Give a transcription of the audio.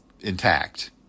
intact